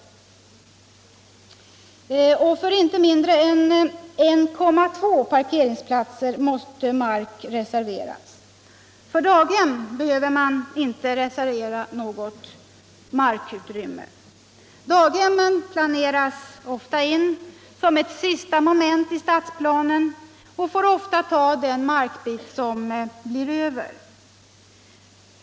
Man måste reservera mark för inte mindre än 1,2 parkeringsplatser per lägenhet. För daghem behöver man inte reservera något markutrymme. Daghemmen planeras ofta in som ett sista moment i stadsplanen och får ofta ta den markbit som blir över.